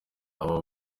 aba